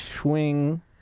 Swing